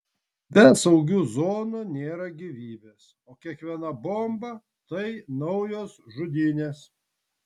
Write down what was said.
be saugių zonų nėra gyvybės o kiekviena bomba tai naujos žudynės